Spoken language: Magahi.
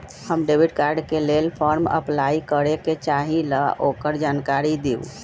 हम डेबिट कार्ड के लेल फॉर्म अपलाई करे के चाहीं ल ओकर जानकारी दीउ?